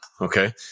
Okay